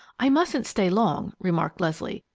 i mustn't stay long, remarked leslie.